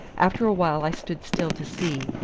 after a while i stood still to see,